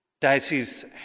Diocese